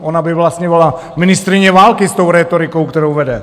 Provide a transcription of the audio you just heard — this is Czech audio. Ona by vlastně ministryně války s tou rétorikou, kterou vede.